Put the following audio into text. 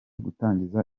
gutangiza